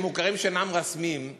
שהם מוכרים שאינם רשמיים,